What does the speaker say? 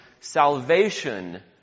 salvation